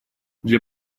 для